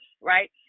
right